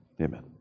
Amen